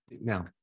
Now